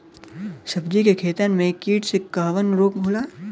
सब्जी के खेतन में कीट से कवन रोग होला?